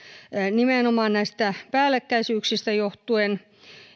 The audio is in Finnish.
nimenomaan näistä päällekkäisyyksistä johtuen